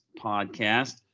podcast